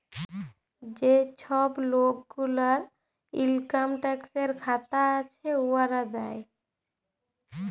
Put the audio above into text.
যে ছব লক গুলার ইলকাম ট্যাক্সের খাতা আছে, উয়ারা দেয়